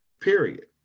period